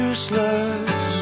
Useless